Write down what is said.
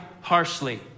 harshly